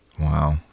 wow